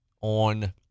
on